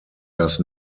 does